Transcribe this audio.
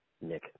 Nick